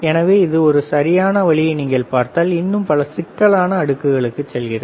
எனவே இந்த ஒரு சரியான வழியை நீங்கள் பார்த்தால் இது இன்னும் பல சிக்கலான அடுக்குகளுக்கு செல்கிறது